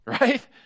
right